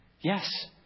yes